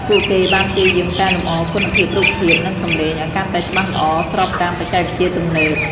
ពួកគេបានព្យាយាមកែលម្អ គុណភាពរូបភាព និងសំឡេង ឲ្យកាន់តែច្បាស់ល្អ ស្របតាមបច្ចេកវិទ្យាទំនើប។